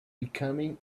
becoming